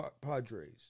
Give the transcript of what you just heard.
Padres